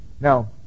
Now